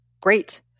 great